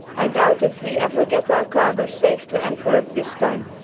i doubt if we ever get our cargo safe to antwerp this time.